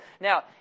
Now